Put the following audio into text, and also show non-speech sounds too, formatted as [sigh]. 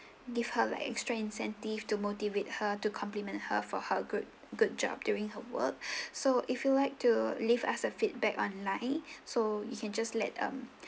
give her like extra incentive to motivate her to compliment her for her good good job during her work [breath] so if you'd like to leave us a feedback online so you can just let um